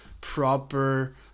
proper